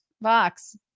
box